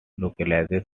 localised